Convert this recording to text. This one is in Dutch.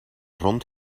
rond